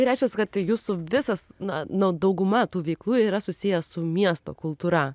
tai reiškias kad jūsų visas na na dauguma tų veiklų yra susiję su miesto kultūra